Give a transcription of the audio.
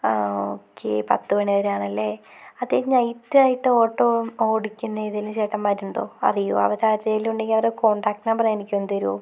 ആ ഓക്കേ പത്ത് മണിവരെയാണല്ലേ അതെ നൈറ്റ് ആയിട്ട് ഓട്ടോ ഓടിക്കുന്ന ഏതേലും ചേട്ടന്മാരുണ്ടോ അറിയുവോ അവർ ആരേലും ഉണ്ടെങ്കിൽ അവര കോണ്ടാക്ട് നമ്പർ എനിക്കൊന്ന് തരുവോ